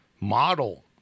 model